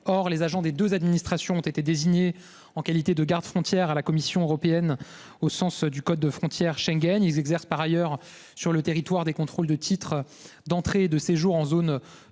professionnel, mais ils ont été désignés en qualité de gardes-frontières à la Commission européenne au sens du code frontières Schengen. Ils exercent par ailleurs sur le territoire des contrôles de titres d'entrée et de séjour en zone frontalière.